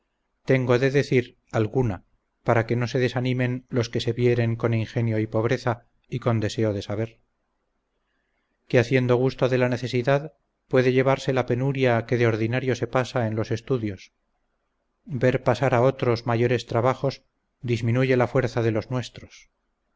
tengo de decir alguna para que no se desanimen los que se vieren con ingenio y pobreza y con deseo de saber que haciendo gusto de la necesidad puede llevarse la penuria que de ordinario se pasa en los estudios ver pasar a otros mayores trabajos disminuye la fuerza de los nuestros